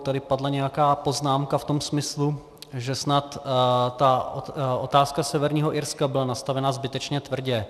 Tady padla nějaká poznámka v tom smyslu, že snad ta otázka Severního Irska byla nastavena zbytečně tvrdě.